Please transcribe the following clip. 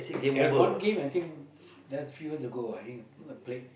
there was one game I think held few years ago I think a a played